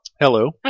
Hello